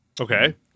Okay